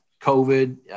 COVID